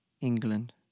England